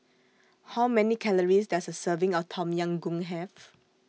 How Many Calories Does A Serving of Tom Yam Goong Have